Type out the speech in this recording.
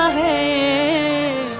a